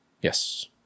Yes